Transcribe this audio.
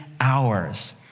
hours